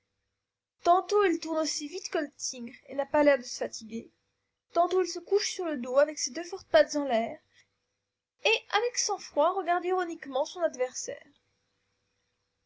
tantôt il tourne aussi vite que le tigre et n'a pas l'air de se fatiguer tantôt il se couche sur le dos avec ses deux fortes pattes en l'air et avec sang-froid regarde ironiquement son adversaire